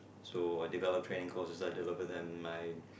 so I develop training courses I deliver them